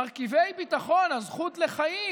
מרכיבי ביטחון, הזכות לחיים